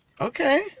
Okay